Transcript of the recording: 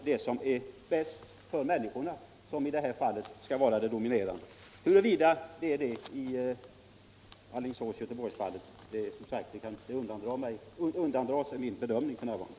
Det som är bäst för människorna skall vara det dominerande. Vad som är bäst i fallet Alingsås-Göteborg undandrar sig min bedömning f.n.